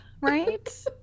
right